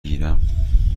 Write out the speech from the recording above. گیرم